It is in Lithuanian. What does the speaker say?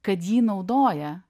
kad jį naudoja